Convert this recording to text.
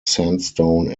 sandstone